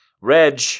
Reg